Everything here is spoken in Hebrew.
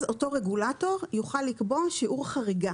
אז אותו רגולטור יוכל לקבוע שיעור חריגה,